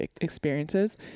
experiences